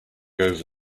over